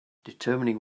determining